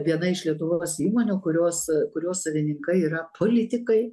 viena iš lietuvos įmonių kurios kurios savininkai yra politikai